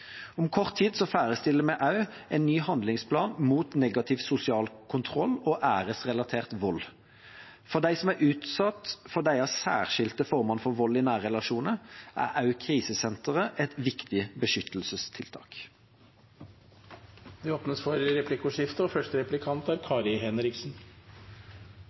Om kort tid ferdigstiller vi også en ny handlingsplan mot negativ sosial kontroll og æresrelatert vold. For dem som er utsatt for disse særskilte formene for vold i nære relasjoner, er også krisesenteret et viktig beskyttelsestiltak. Det blir replikkordskifte.